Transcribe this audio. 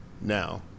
Now